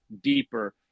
deeper